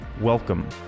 Welcome